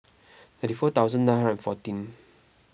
ninety four thousand nine hundred and fourteen